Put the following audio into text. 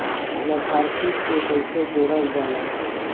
लभार्थी के कइसे जोड़ल जाला?